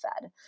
fed